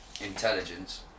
intelligence